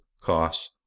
costs